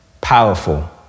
powerful